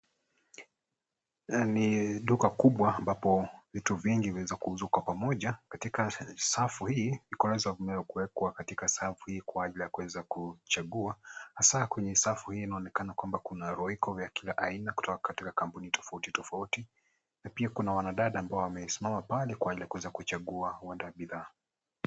Ni duka kubwa ambapo vitu vingi vinaweza kuuzwa kwa pamoja. Katika safu hii zimeweza kuwekwa katika safu hii kwa ajili ya kuweza kuchagua hasa kwenye safu hii inaonekana inaweza kuwa royco ya kila aina kutoka kwenye kampuni tofauti tofauti na pia kuna wanadada ambao wamesimama pale kwa ajili ya kuweza kuchagua huenda bidhaa.